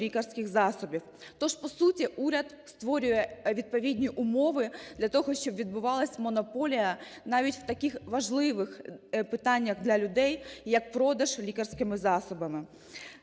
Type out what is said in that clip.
лікарських засобів. Тож, по суті, уряд створює відповідні умови для того, щоб відбувалась монополія навіть у таких важливих питаннях для людей, як продаж лікарських засобів.